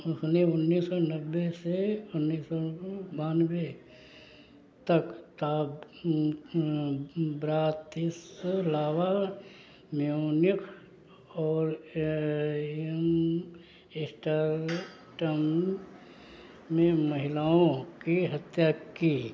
उसने उन्नीस सौ नब्बे से उन्नीस सौ बानवे तक ब्रातिस्लावा म्यूनिख और स्टर्डम में महिलाओं की हत्या की